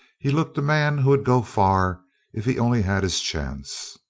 he looked a man who would go far if he only had his chance.